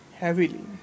heavily